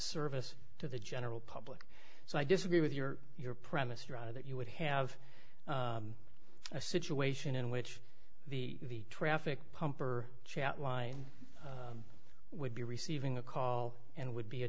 service to the general public so i disagree with your your premise dr that you would have a situation in which the traffic pump or chat line would be receiving a call and would be a